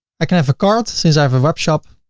i can have a cart, since i have a webshop,